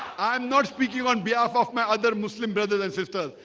i'm not speaking on behalf of my other muslim brothers and sisters.